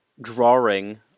drawing